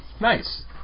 Nice